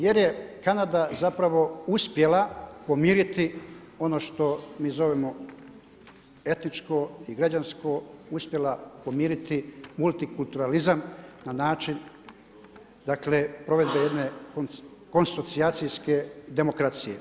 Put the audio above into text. Jer je Kanada zapravo uspjela pomiriti ono što mi zovemo etničko i građansko, uspjela pomiriti multikulturalizam na način, dakle provedbe jedne konsocijacijske demokracije.